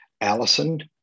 Allison